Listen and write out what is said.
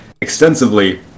extensively